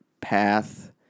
path